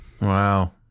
Wow